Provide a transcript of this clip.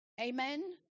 Amen